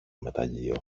μεταλλείο